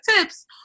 tips